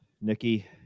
Nikki